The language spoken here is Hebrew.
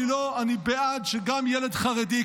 אני בעד שגם לילד חרדי,